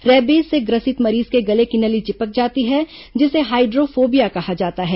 rabies से ग्रसित मरीज के गले की नली चिपक जाती है जिसे हाइड्रोफोबिया कहा जाता है